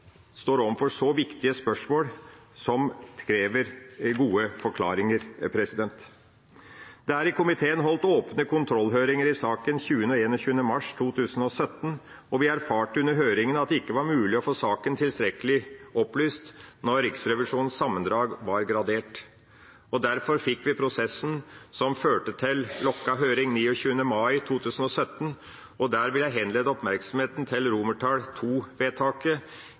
står overfor så viktige spørsmål som krever gode forklaringer. Det er i komiteen holdt åpne kontrollhøringer i saken 20. og 21. mars 2017, og vi erfarte under høringen at det ikke var mulig å få saken tilstrekkelig opplyst når Riksrevisjonens sammendrag var gradert. Derfor fikk vi prosessen som førte til lukket høring 29. mai 2017. Jeg vil henlede oppmerksomheten på forslaget til